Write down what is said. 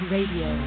Radio